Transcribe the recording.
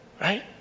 right